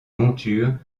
monture